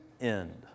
end